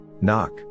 Knock